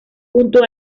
junto